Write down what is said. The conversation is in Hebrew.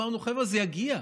אמרנו: חבר'ה, זה יגיע.